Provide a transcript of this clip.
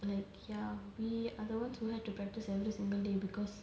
like ya we I don't want to have to practice every single day because